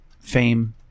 fame